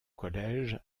collège